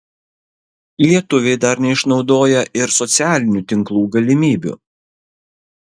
lietuviai dar neišnaudoja ir socialinių tinklų galimybių